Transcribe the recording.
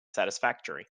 satisfactory